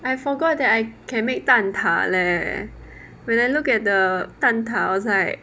I forgot that I can make 蛋挞 leh when I look at the 蛋挞 I was like